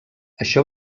això